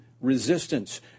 resistance